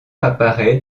apparaît